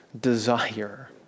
desire